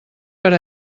per